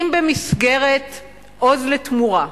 אם במסגרת "עוז לתמורה"